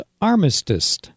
Armistice